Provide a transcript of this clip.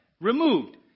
removed